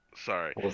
Sorry